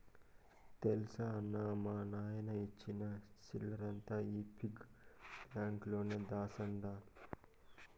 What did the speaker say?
తెల్సా అన్నా, మా నాయన ఇచ్చిన సిల్లరంతా ఈ పిగ్గి బాంక్ లోనే దాస్తండ